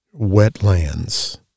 wetlands